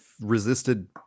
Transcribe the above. resisted